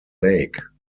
lake